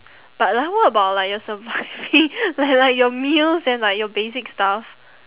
but l~ what about like your surviving like like your meals and like your basic stuff